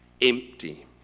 empty